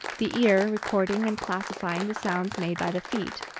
the ear recording and classifying the sounds made by the feet,